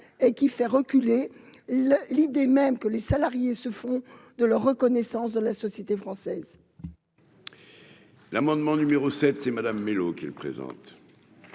et qui fait reculer l'idée même que les salariés se font de la reconnaissance de la société française. L'amendement numéro 7 c'est Madame Mellow qu'il présente.